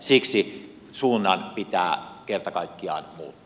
siksi suunnan pitää kerta kaikkiaan muuttua